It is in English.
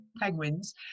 penguins